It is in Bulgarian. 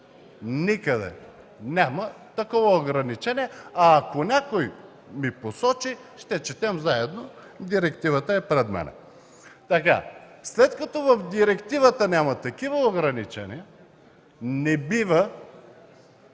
никъде няма такова ограничение, а ако някой ми посочи, ще четем заедно – директивата е пред мен. След като в директивата няма такива ограничения, не бива